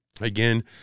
Again